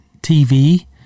tv